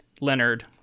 Leonard